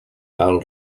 cal